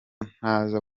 ntaza